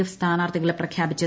F സ്ഥാനാർഥികളെ പ്രഖ്യാപിച്ചു